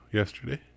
yesterday